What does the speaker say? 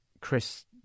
Chris